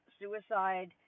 suicide